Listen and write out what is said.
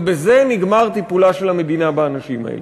ובזה נגמר טיפולה של המדינה באנשים האלה.